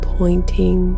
pointing